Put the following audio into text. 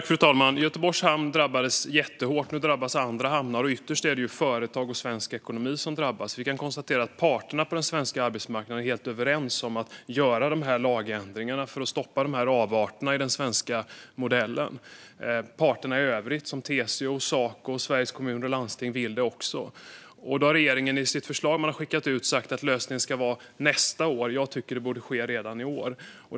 Fru talman! Göteborgs hamn drabbades jättehårt. Nu drabbas andra hamnar. Ytterst är det företag och svensk ekonomi som drabbas. Vi kan konstatera att parterna på den svenska arbetsmarknaden är helt överens om att de här lagändringarna bör göras för att stoppa dessa avarter i den svenska modellen. Parterna i övrigt, som TCO, Saco och Sveriges Kommuner och Landsting, vill detsamma. Regeringen har i sitt förslag som man har skickat ut sagt att lösningen ska komma nästa år. Jag tycker att det borde ske redan i år.